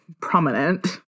prominent